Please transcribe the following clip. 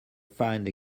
find